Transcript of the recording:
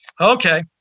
Okay